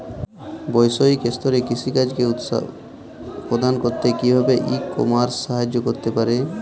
বৈষয়িক স্তরে কৃষিকাজকে উৎসাহ প্রদান করতে কিভাবে ই কমার্স সাহায্য করতে পারে?